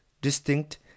distinct